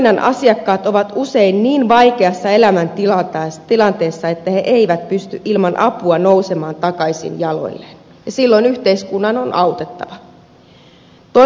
toiminnan asiakkaat ovat usein niin vaikeassa elämäntilanteessa että he eivät pysty ilman apua nousemaan takaisin jaloilleen ja silloin yhteiskunnan on autettava